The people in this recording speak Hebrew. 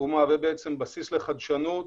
ומהווה בסיס לחדשנות